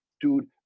dude